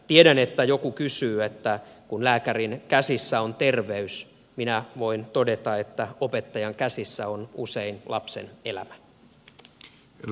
tiedän että joku kysyy että kun lääkärin käsissä on terveys mutta minä voin todeta että opettajan käsissä on usein lapsen elämä